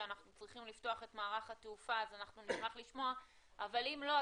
שאנחנו צריכים לפתוח את מערך התעופה אז נשמח לשמוע אבל אם לא,